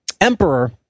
emperor